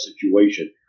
situation